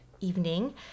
evening